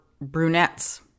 brunettes